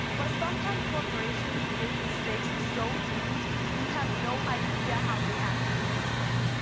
but sometimes corporations make mistakes so huge you have no idea how they happened in the first place.